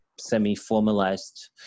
semi-formalized